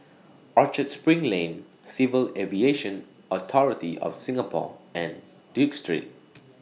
Orchard SPRING Lane Civil Aviation Authority of Singapore and Duke Street